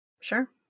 Sure